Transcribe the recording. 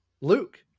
luke